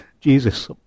Jesus